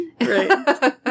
right